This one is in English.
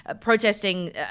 protesting